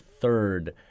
third